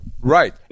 Right